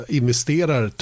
investerar